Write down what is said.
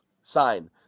sign